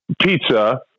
Pizza